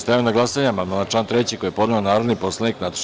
Stavljam na glasanje amandman na član 3. koji je podnela narodni poslanik Nataša St.